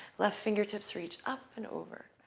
left fingertips reach up and over.